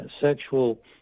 sexual